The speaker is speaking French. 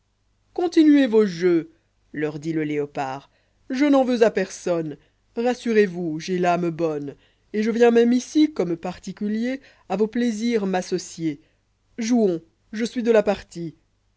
continuez vos jeux leur dit le léopard jenen veux à personne rassurez-vous j'ai l'âme bonne et je viens même ici comme particulier a vos plaisirs m'associer jouons je suis de la partie